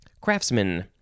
craftsman